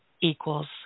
equals